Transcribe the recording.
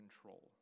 control